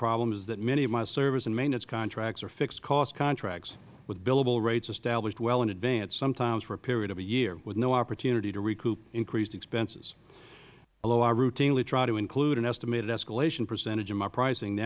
problem is that many of my service and maintenance contracts are fixed cost contracts with billable rates established well in advance sometimes for a period of a year with no opportunity to recoup increased expenses although i routinely try to include an estimated escalation percentage in my pricing the